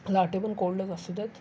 latte पण कोल्डच असतं त्यात